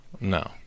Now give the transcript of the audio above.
no